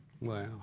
wow